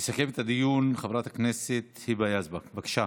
תסכם את הדיון חברת הכנסת היבה יזבק, בבקשה.